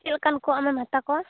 ᱪᱮᱫ ᱞᱮᱠᱟᱱ ᱠᱚ ᱟᱢᱮᱢ ᱦᱟᱛᱟᱣ ᱠᱚᱣᱟ